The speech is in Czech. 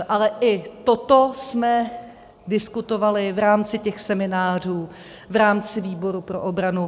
Ale i toto jsme diskutovali v rámci těch seminářů, v rámci výboru pro obranu.